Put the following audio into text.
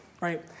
right